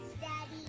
daddy